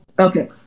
okay